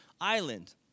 island